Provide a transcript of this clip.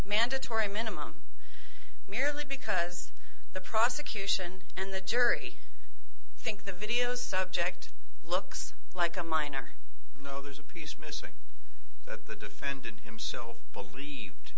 mandatory minimum merely because the prosecution and the jury think the videos subject looks like a minor no there's a piece missing that the defendant himself believed